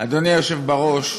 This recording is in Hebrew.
אדוני היושב בראש,